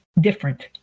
different